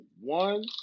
one